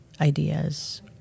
ideas